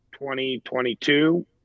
2022